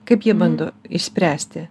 kaip jie bando išspręsti